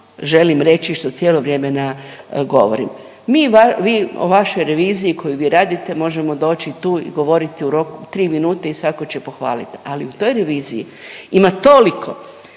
želim reći i što cijelo vrijeme na, govorim. Mi .../nerazumljivo/... o vašoj reviziji koju vi radite, možemo doći tu i govoriti u roku 3 minute i svatko će pohvaliti, ali u toj reviziji ima toliko